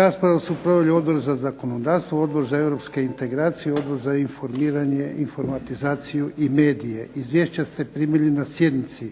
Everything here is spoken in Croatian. Raspravu su proveli Odbor za zakonodavstvo, Odbor za europske integracije, Odbor za informiranje, informatizaciju i medije. Izvješća ste primili na sjednici.